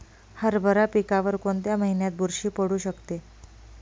हरभरा पिकावर कोणत्या महिन्यात बुरशी पडू शकते?